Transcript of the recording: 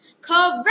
Correct